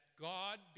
God